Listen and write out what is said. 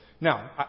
Now